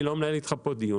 אני לא מנהל איתך דיון,